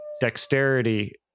dexterity